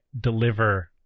deliver